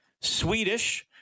Swedish